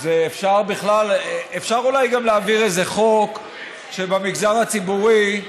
אז אפשר אולי גם להעביר איזה חוק שבמגזר הציבורי,